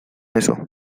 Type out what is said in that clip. eso